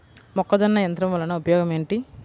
మొక్కజొన్న యంత్రం వలన ఉపయోగము ఏంటి?